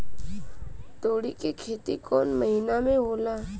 तोड़ी के खेती कउन महीना में होला?